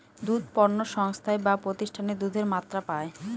দুধ পণ্য সংস্থায় বা প্রতিষ্ঠানে দুধের মাত্রা পায়